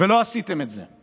ולא עשיתם את זה,